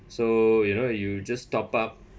so you know you just top up